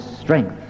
strength